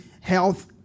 health